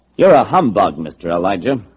you're a humbug. mr. elijah